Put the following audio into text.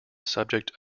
subject